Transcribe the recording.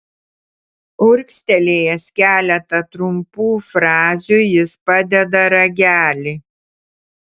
urgztelėjęs keletą trumpų frazių jis padeda ragelį